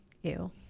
Ew